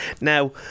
Now